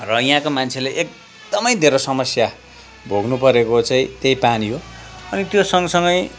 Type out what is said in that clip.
र यहाँको मान्छेले एकदमै धेरै समस्या भोग्नुपरेको चाहिँ त्यही पानी हो अनि त्यो सँग सँगै